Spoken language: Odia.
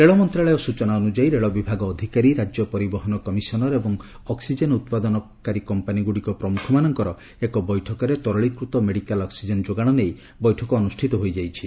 ରେଳ ମନ୍ତ୍ରଣାୟ ସୂଚନା ଅନୁଯାୟୀ ରେଳ ବିଭାଗ ଅଧିକାରୀ ରାଜ୍ୟ ପରିବହନ କମିଶନର୍ ଏବଂ ଅକ୍ୱିଜେନ୍ ଉତ୍ପାଦନ କମ୍ପାନୀଗୁଡ଼ିକର ପ୍ରମୁଖମାନଙ୍କର ଏକ ବୈଠକରେ ତରଳୀକୃତ ମେଡିକାଲ୍ ଅକ୍ସିଜେନ୍ ଯୋଗାଣ ନେଇ ବୈଠକ ଅନୁଷିତ ହୋଇଯାଇଛି